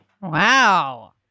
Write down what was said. Wow